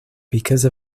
because